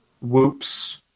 whoops